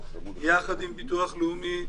יחד עם ביטוח לאומי,